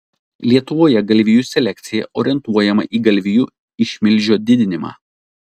lietuvoje galvijų selekcija orientuojama į galvijų išmilžio didinimą